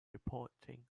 reporting